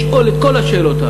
לשאול את כל השאלות.